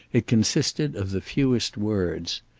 it consisted of the fewest words.